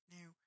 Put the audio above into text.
Now